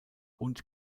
und